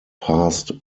passed